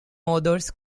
authors